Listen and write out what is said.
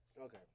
Okay